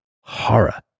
horror